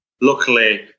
Luckily